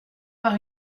par